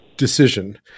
decision